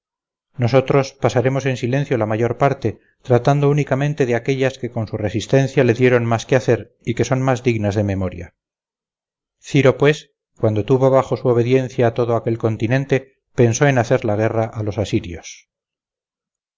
nosotros pasaremos en silencio la mayor parte tratando únicamente de aquellas que con su resistencia le dieron más que hacer y que son más dignas de memoria ciro pues cuando tuvo bajo su obediencia todo aquel continente pensó en hacer la guerra a los asirios